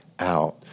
out